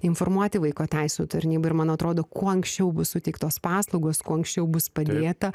informuoti vaiko teisių tarnybą ir man atrodo kuo anksčiau bus suteiktos paslaugos kuo anksčiau bus palėta